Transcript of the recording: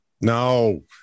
No